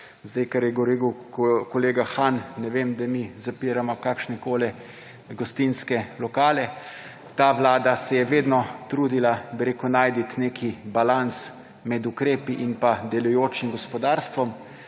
Zdaj, kar je govoril kolega Han, ne vem, da mi zapiramo kakršnekoli gostinske lokale. Ta vlada se je vedno trudila, bi rekel, najti neki balans med ukrepi in pa delujočim gospodarstvom.